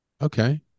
okay